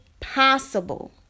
possible